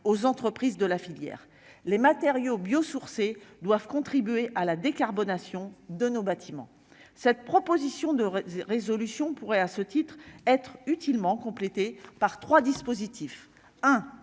aux entreprises de la filière, les matériaux biosourcés doivent contribuer à la décarbonation de nos bâtiments, cette proposition de résolution pourrait à ce titre être utilement complété par 3 dispositifs